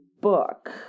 book